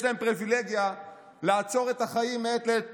יש להם פריבילגיה לעצור את החיים מעת לעת,